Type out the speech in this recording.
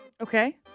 Okay